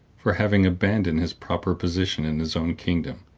for having abandoned his proper position in his own kingdom,